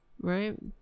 right